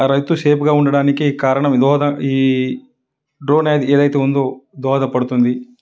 ఆ రైతు సేఫ్గా ఉండడానికి కారణం దోహదం ఈ డ్రోన్ ఏ ఏదైతే ఉందో దోహదపడుతుంది